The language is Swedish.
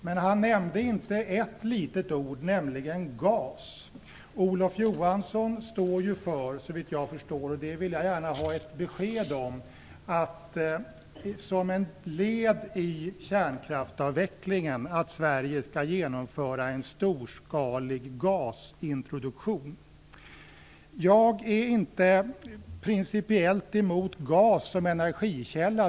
Men han nämnde inte ett litet ord, nämligen gas. Olof Johansson står ju för, såvitt jag förstår och det vill jag ha ett besked om, att Sverige som ett led i kärnkraftavvecklingen skall genomföra en storskalig gasintroduktion. Jag är inte principiellt emot gas som energikälla.